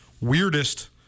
weirdest